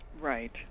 right